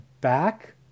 back